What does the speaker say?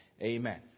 Amen